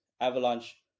Avalanche